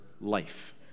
life